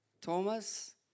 Thomas